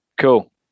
Cool